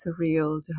surreal